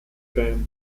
band